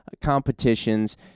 competitions